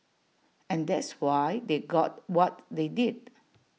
and that's why they got what they did